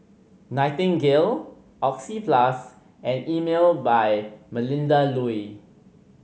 Nightingale Oxyplus and Emel by Melinda Looi